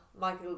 Michael